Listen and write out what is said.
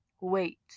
Wait